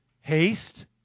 haste